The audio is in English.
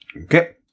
Okay